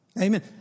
Amen